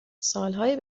سالهای